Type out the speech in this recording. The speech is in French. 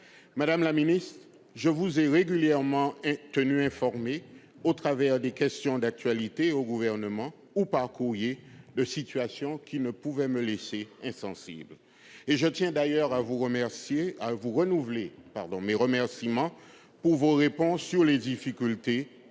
Madame la ministre, je vous ai régulièrement tenue informée, au travers de questions d'actualité au Gouvernement ou par courrier, de situations qui ne peuvent me laisser insensible. Je tiens d'ailleurs à vous renouveler mes remerciements pour les réponses apportées aux difficultés